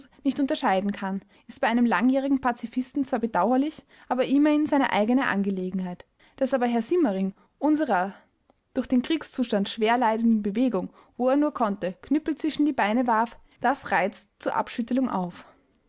nicht unterscheiden kann ist bei einem langjährigen pazifisten zwar bedauerlich aber immerhin seine eigene angelegenheit daß aber herr siemering unserer durch den kriegszustand schwer leidenden bewegung wo er nur konnte knüppel zwischen die beine warf das reizt zur abschüttelung auf